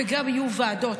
וגם יהיו ועדות,